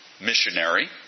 missionary